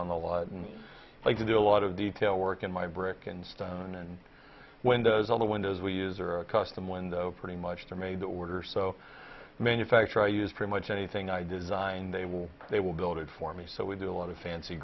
on the lawn i like to do a lot of detail work in my brick and stone and when does all the windows we use are a custom when pretty much they're made to order so manufacture i use pretty much anything i design they will they will build it for me so we do a lot of fancy